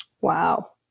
Wow